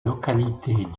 localités